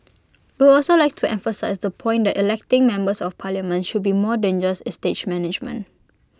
we would also like to emphasise the point that electing members of parliament should be more than just estate management